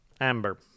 Amber